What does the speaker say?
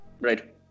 Right